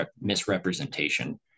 misrepresentation